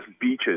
beaches